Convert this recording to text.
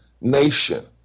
nation